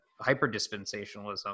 hyper-dispensationalism